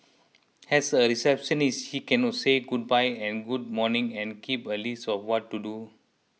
as a receptionist she can no say goodbye and good morning and keep a list of what to do